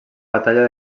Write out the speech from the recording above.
batalla